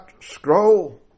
scroll